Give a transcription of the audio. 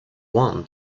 one